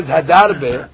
Hadarbe